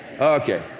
Okay